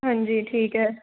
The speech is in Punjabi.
ਹਾਂਜੀ ਠੀਕ ਹੈ